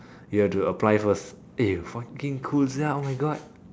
you have to apply first eh fucking cool sia oh my god